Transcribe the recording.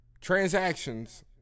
Transactions